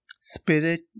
spirit